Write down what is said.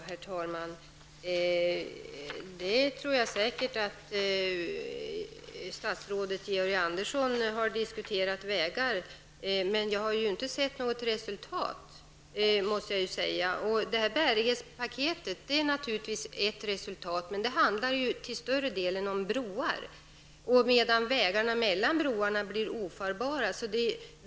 Herr talman! Jag tror säkert att statsrådet Georg Andersson har diskuterat vägar, men jag måste säga att jag inte har sett något resultat. Detta bärighetspaket är naturligtvis ett resultat, men det handlar till största delen om broar, medan vägarna mellan broarna blir ofarbara.